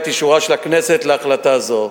את אישורה של הכנסת להחלטה זו.